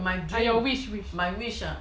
your wish wish